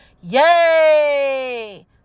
yay